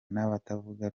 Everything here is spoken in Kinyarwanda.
n’abatavuga